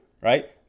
right